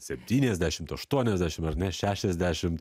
septyniasdešimt aštuoniasdešimt ar net šešiasdešimt